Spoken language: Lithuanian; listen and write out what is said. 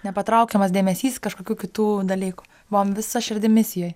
nepatraukiamas dėmesys kažkokių kitų dalykų buvom visa širdim misijoj